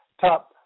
top